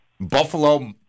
Buffalo